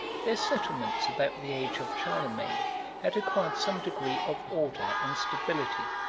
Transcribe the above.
their settlements about the age of charlemagne had acquired some degree of order and stability,